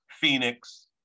Phoenix